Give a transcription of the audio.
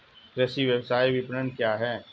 कृषि व्यवसाय विपणन क्या है?